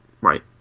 Right